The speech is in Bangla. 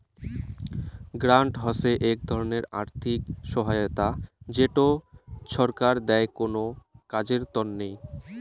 গ্রান্ট হসে এক ধরণের আর্থিক সহায়তা যেটো ছরকার দেয় কোনো কাজের তন্নে